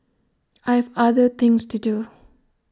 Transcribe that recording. I have other things to do